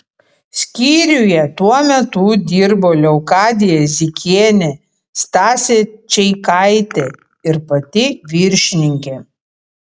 skyriuje tuo metu dirbo leokadija zikienė stasė čeikaitė ir pati viršininkė